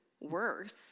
worse